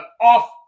off